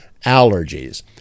allergies